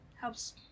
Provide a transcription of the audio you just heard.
helps